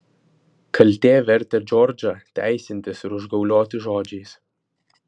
kaltė vertė džordžą teisintis ir užgaulioti žodžiais